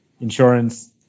insurance